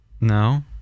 No